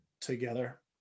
together